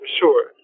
sure